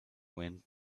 wind